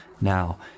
now